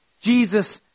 Jesus